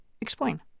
explain